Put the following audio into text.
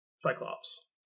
Cyclops